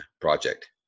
Project